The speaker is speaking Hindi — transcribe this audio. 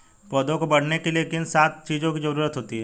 पौधों को बढ़ने के लिए किन सात चीजों की जरूरत होती है?